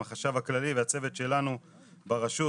החשב הכללי והצוות שלנו ברשות,